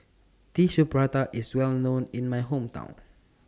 Tissue Prata IS Well known in My Hometown